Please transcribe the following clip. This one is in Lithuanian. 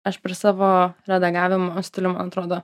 aš per savo redagavimo stilių man atrodo